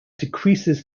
decreases